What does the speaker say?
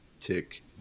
Tick